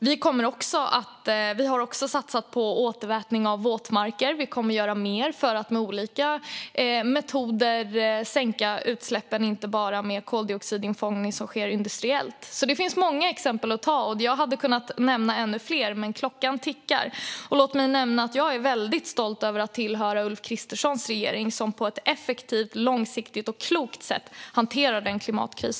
Vi har också satsat på återvätning av våtmarker, och vi kommer att göra mer för att med olika metoder sänka utsläppen inte bara med koldioxidinfångning som sker industriellt. Det finns många exempel, och jag hade kunnat nämna fler. Låt mig nämna att jag är stolt över att höra till Ulf Kristerssons regering, som på ett effektivt, långsiktigt och klokt sätt hanterar rådande klimatkris.